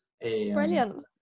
brilliant